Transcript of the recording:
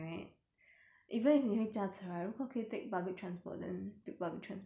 even if 你会驾车 right 如果可以 take public transport then take public transport lor cause